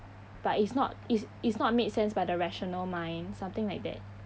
but it's not it's it's not made sense by the rational mind something like that